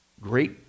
Great